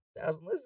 Thousand